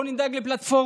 בואו נדאג לפלטפורמות,